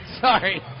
sorry